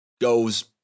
goes